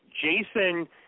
Jason